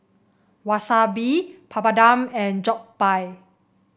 Wasabi Papadum and Jokbal